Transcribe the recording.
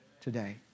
today